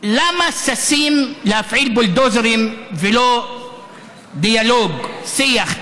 למה ששים להפעיל בולדוזרים ולא דיאלוג, שיח?